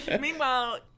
Meanwhile